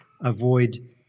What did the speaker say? avoid